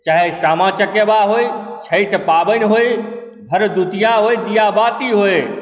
चाहे सामा चकेवा होए छठि पाबनि होए भरदुतिआ होए दिआ बाती होए